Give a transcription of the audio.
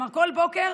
כלומר, כל בוקר